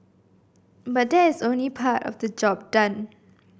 but that is only part of the job done